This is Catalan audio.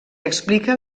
explica